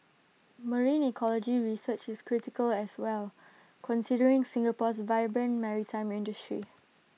marine ecology research is critical as well considering Singapore's vibrant maritime industry